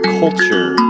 culture